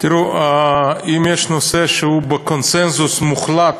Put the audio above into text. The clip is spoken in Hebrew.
תראו, אם יש נושא שהוא בקונסנזוס מוחלט